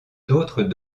d’autres